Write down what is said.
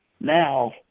Now